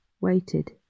waited